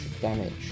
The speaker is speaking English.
damage